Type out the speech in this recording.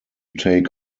take